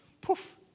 poof